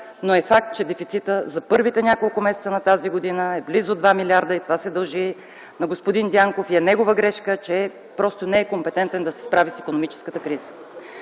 Но е факт, че дефицитът за първите няколко месеца на тази година е близо 2 милиарда и това се дължи на господин Дянков и е негова грешка, че просто не е компетентен да се справи с икономическата криза.